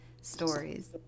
stories